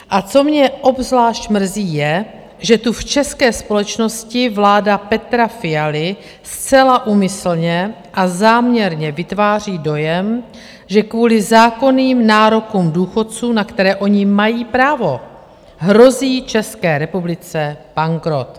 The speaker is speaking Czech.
A co mě obzvlášť mrzí, je, že tu v české společnosti vláda Petra Fialy zcela úmyslně a záměrně vytváří dojem, že kvůli zákonným nárokům důchodců, na které oni mají právo, hrozí České republice bankrot.